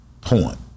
point